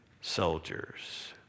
soldiers